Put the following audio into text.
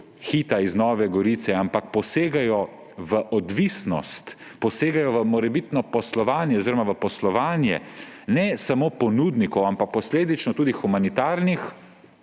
Hita iz Nove Gorice, ampak posegajo v odvisnost, posegajo v morebitno poslovanje oziroma v poslovanje ne samo ponudnikov, ampak posledično tudi humanitarnih,